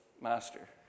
master